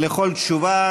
ולכל תשובה,